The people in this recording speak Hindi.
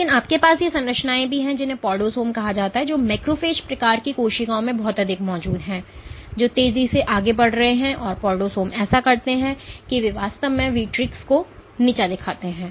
लेकिन आपके पास ये संरचनाएं भी हैं जिन्हें पॉडोसोम कहा जाता है जो मैक्रोफेज प्रकार की कोशिकाओं में बहुत अधिक मौजूद हैं जो तेजी से आगे बढ़ रहे हैं और पॉडोसोम ऐसा करते हैं कि वे वास्तव में विट्रीक्स को नीचा दिखाते हैं